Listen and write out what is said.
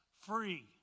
free